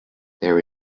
there